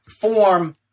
form